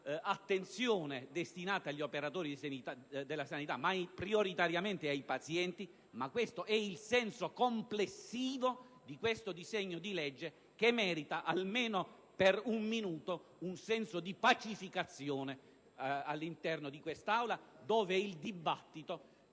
dell'attenzione destinata agli operatori della sanità e prioritariamente ai pazienti, ma anche il senso complessivo di questo disegno di legge che merita, almeno per un minuto, un momento di pacificazione all'interno di quest'Aula, dove credo